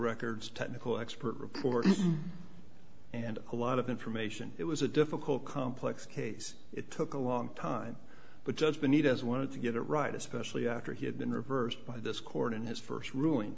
records technical expert reports and a lot of information it was a difficult complex case it took a long time but just benito's wanted to get it right especially after he had been reversed by this court and his first